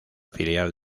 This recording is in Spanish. filial